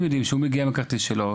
והם יודעים שאם הם מגיעים עם הכרטיס שלהם,